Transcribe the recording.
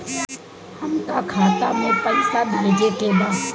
हमका खाता में पइसा भेजे के बा